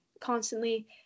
constantly